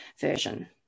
version